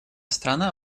страна